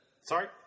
Sorry